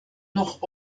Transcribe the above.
noch